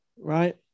right